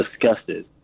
disgusted